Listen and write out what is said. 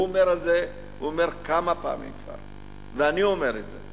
הוא אומר כמה פעמים כבר, ואני אומר את זה.